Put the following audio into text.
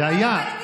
זה היה.